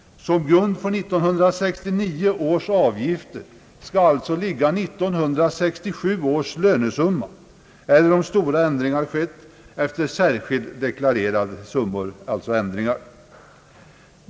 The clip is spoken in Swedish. Som grund för 1969 års avgifter skall alltså ligga 1967 års lönesumma eller — om stora ändringar skett — särskilt deklarerade summor.